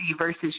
versus